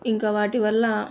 ఇంకా వాటి వల్ల